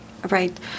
Right